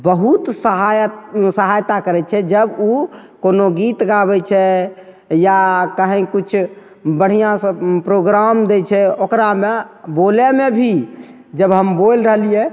बहुत सहायत सहायता करै छै जब ओ कोनो गीत गाबै छै या कहीँ किछु बढ़िआँसे प्रोग्राम दै छै ओकरामे बोलैमे भी जब हम बोलि रहलिए